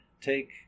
take